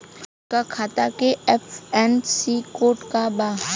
उनका खाता का आई.एफ.एस.सी कोड का बा?